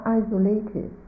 isolated